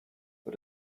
but